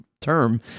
term